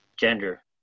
gender